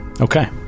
Okay